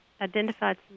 identified